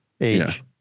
age